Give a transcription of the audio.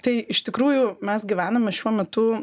tai iš tikrųjų mes gyvename šiuo metu